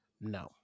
No